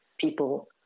people